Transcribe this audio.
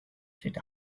sit